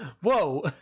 whoa